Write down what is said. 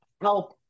help